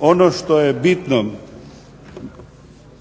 Ono što je bitno